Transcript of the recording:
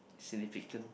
significant